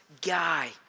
guy